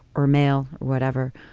or male, whatever.